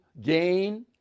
gain